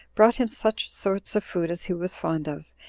brought him such sorts of food as he was fond of,